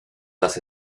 las